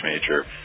major